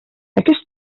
aquest